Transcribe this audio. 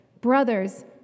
Brothers